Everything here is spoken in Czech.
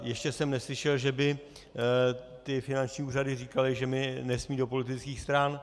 Ještě jsem neslyšel, že by finanční úřady říkaly, že nesmí do politických stran.